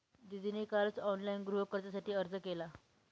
दीदीने कालच ऑनलाइन गृहकर्जासाठी अर्ज केला